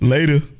Later